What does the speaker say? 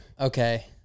Okay